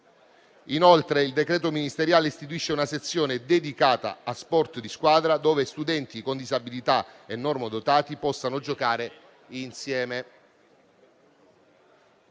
Inoltre il decreto ministeriale istituisce una sezione dedicata a sport di squadra, dove studenti con disabilità e normodotati possano giocare insieme.